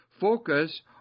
focus